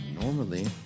normally